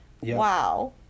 Wow